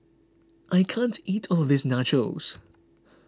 I can't eat all of this Nachos